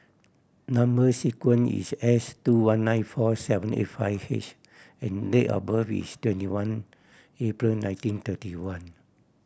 number sequence is S two one nine four seven eight five H and date of birth is twenty one April nineteen thirty one